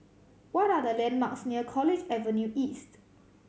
what are the landmarks near College Avenue East